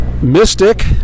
Mystic